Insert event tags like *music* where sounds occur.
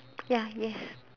ya yes *breath*